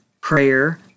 prayer